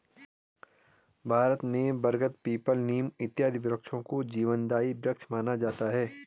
भारत में बरगद पीपल नीम इत्यादि वृक्षों को जीवनदायी वृक्ष माना जाता है